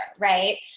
right